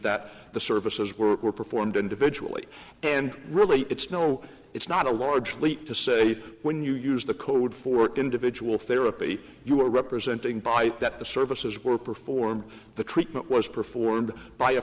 that the services were performed individually and really it's no it's not a large leap to say when you use the code for individual therapy you are representing by that the services were performed the treatment was performed by a